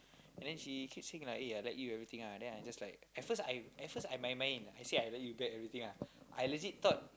and then she keep saying like eh I like you everything ah then I just like at first I at first I in my mind I say I like you back everything ah I legit thought